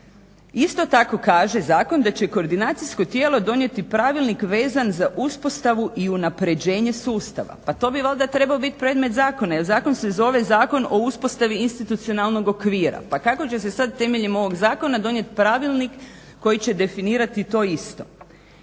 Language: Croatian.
Isto tako kaže zakon da će koordinacijsko tijelo donijeti pravilnik vezan za uspostavu i unapređenje sustava. Pa to bi valjda trebao biti predmet zakona jer zakon se zove Zakon o uspostavi institucionalnog okvira. Pa kako će se temeljem ovog zakona donijeti pravilnik koji će definirati to isto?